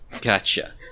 Gotcha